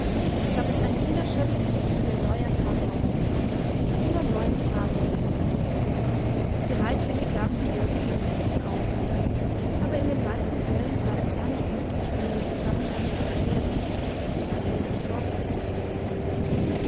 gab es eine unerschöpfliche fülle neuer tatsachen die zu immer neuen fragen drängten bereitwillig gaben die wirte ihren gästen auskunft aber in den meisten fällen war es gar nicht möglich ihnen den zusammenhang zu erklären weil ihnen die vorkenntnisse fehlten